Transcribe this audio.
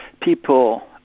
people